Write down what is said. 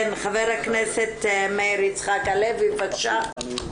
חבר הכנסת מאיר יצחק הלוי, בקשה.